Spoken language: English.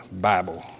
Bible